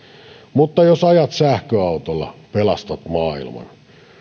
mutta jos ajat sähköautolla pelastat maailman